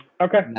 Okay